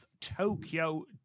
Tokyo